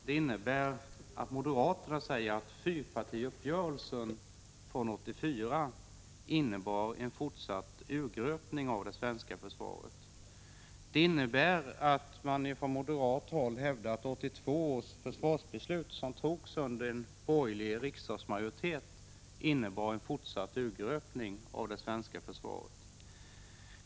Det innebär att moderaterna säger att fyrpartiuppgörelsen från 1984 innebar en fortsatt urgröpning av det svenska försvaret. Det innebär att man från moderat håll hävdar att 1982 års försvarsbeslut, som togs under en borgerlig riksdagsmajoritet, innebar en fortsatt urgröpning av det svenska försvaret.